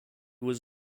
was